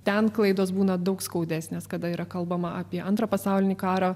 ten klaidos būna daug skaudesnės kada yra kalbama apie antrą pasaulinį karą